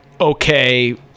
okay